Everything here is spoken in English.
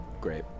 Great